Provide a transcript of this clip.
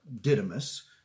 Didymus